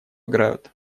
играют